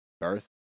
birth